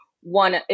one